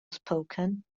spoken